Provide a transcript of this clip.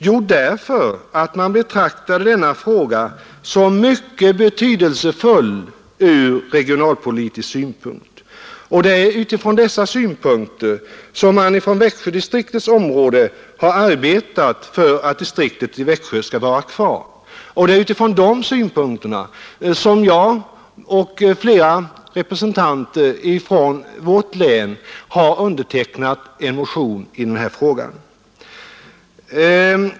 Jo, därför att man betraktade denna fråga som mycket betydelsefull ur regionalpolitisk synpunkt. Det är med dessa utgångspunkter som man från Växjödistriktets område har arbetat för att distriktet i Växjö skall vara kvar, och det är utifrån de synpunkterna som jag och flera representanter för vårt län har undertecknat en motion i den här frågan.